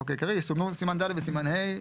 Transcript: ו-ד' בפרק ב' לחוק העיקרי יסומנו "סימן ד'" ו"סימן ה'".